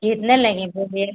कितने लेंगी बोलिए